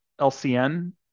LCN